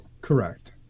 Correct